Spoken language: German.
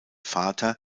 vater